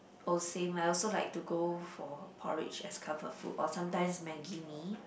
oh same I also like to go for porridge as comfort food or sometimes maggie-mee